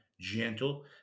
gentle